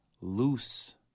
loose